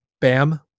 Bam